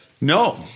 No